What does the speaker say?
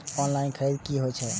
Online खरीद की होए छै?